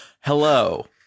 Hello